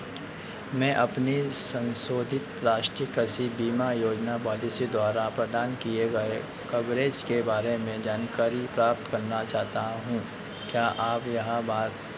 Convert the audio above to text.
मैं अपनी शंशोधित राष्ट्रीय कृषि बीमा योजना पौलिसी द्वारा प्रदान किए गए कवरेज के बारे में जानकारी प्राप्त करना चाहता हूँ क्या आप यह बात